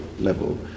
level